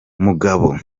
mugabo